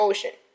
Ocean